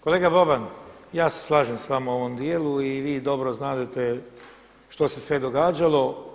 Kolega Boban, ja se slažem s vama u ovom dijelu i vi dobro znadete što se sve događalo.